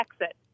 exit